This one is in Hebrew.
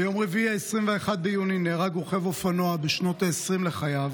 ביום רביעי 21 ביוני נהרג רוכב אופנוע בשנות העשרים לחייו